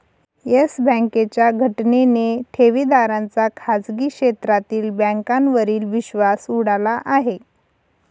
yes बँकेच्या घटनेने ठेवीदारांचा खाजगी क्षेत्रातील बँकांवरील विश्वास उडाला आहे